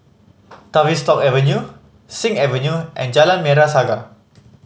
Tavistock Avenue Sing Avenue and Jalan Merah Saga